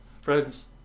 Friends